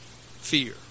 fear